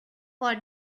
for